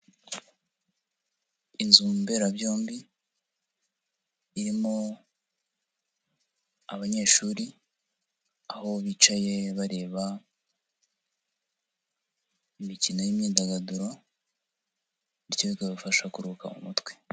Inzu mberabyombi irimo abanyeshuri, aho bicaye bareba imikino y'imyidagaduro, bityo bikabafasha kuruhuka mu mutwe.